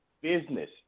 business